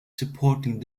supporting